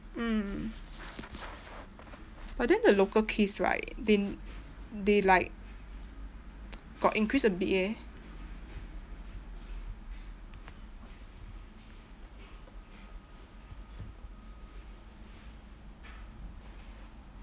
mm but then the local case right they they like got increase a bit eh